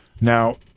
Now